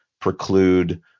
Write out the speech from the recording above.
preclude